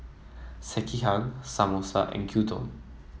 Sekihan Samosa and Gyudon